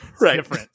right